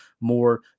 more